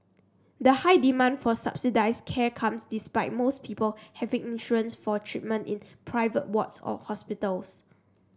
the high demand for subsidised care comes despite most people having insurance for treatment in private wards or hospitals